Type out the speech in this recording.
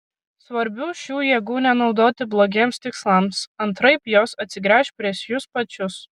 svarbu šių jėgų nenaudoti blogiems tikslams antraip jos atsigręš prieš jus pačius